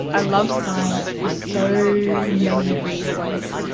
i love science for so many reasons.